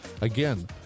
Again